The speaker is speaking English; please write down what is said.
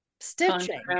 stitching